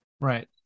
Right